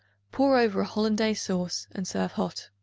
pour over a hollandaise sauce and serve hot.